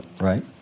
Right